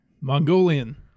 Mongolian